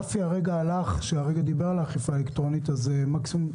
רפי שדיבר על אכיפה אלקטרונית, הלך בדיוק.